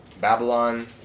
Babylon